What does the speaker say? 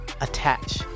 attach